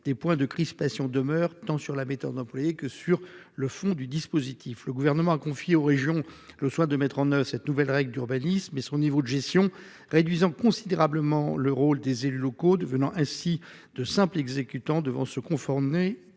des points de crispation demeurent tant sur la méthode employée que sur le fond du dispositif. Le Gouvernement a confié aux régions le soin de mettre en oeuvre cette nouvelle règle d'urbanisme ; son niveau de gestion réduit considérablement le rôle des élus locaux qui deviennent ainsi de simples exécutants devant se conformer